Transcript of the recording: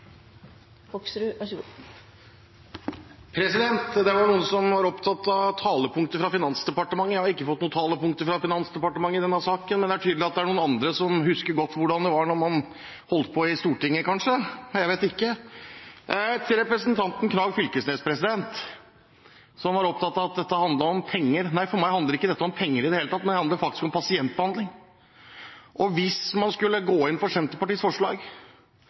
Det var noen som var opptatt av talepunkter fra Finansdepartementet. Jeg har ikke fått noen talepunkter fra Finansdepartementet i denne saken, men det er tydelig at det er noen andre som husker godt hvordan det var da man holdt på i Stortinget kanskje – jeg vet ikke. Til representanten Knag Fylkesnes, som var opptatt av at dette handlet om penger: Nei, for meg handler ikke dette om penger i det hele tatt, det handler faktisk om pasientbehandling. Når bokført verdi er rundt 40 mill. kr på Rjukan sykehus og